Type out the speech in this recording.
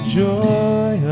joy